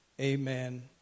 amen